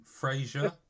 Frasier